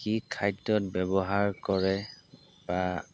কি খাদ্যত ব্যৱহাৰ কৰে বা